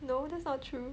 no that's not true